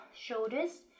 shoulders